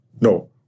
No